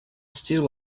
steal